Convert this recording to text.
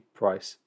price